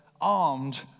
armed